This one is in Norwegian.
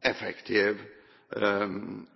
effektiv odelslovsbehandling. På det feltet tror jeg det kan gjøres mer.